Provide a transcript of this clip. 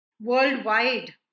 worldwide